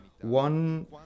one